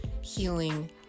healing